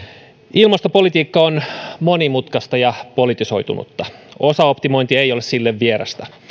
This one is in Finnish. ilmastopolitiikka on monimutkaista ja politisoitunutta osaoptimointi ei ole sille vierasta